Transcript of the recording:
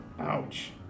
Ouch